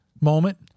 moment